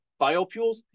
biofuels